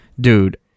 dude